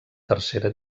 tercera